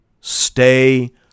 stay